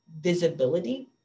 visibility